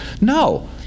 no